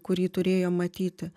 kurį turėjo matyti